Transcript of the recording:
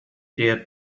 der